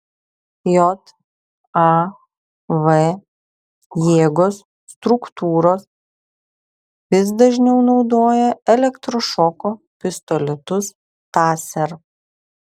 jav jėgos struktūros vis dažniau naudoja elektrošoko pistoletus taser